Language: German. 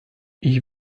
ich